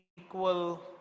equal